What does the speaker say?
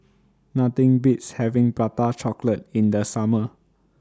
Nothing Beats having Prata Chocolate in The Summer